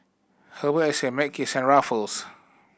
Herbal Essence Mackays and Ruffles